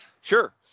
Sure